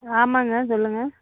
ஆமாங்க சொல்லுங்கள்